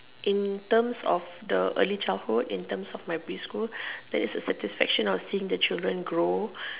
in terms of the early childhood in terms of preschool that is my satisfaction of seeing the children grow